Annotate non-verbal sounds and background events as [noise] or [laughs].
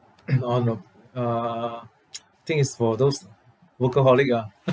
[coughs] orh no uh [noise] I think is for those workaholic ah [laughs]